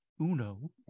Uno